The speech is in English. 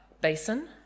basin